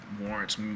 warrants